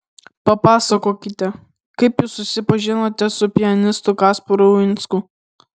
papasakokite kaip jūs susipažinote su pianistu kasparu uinsku